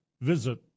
visit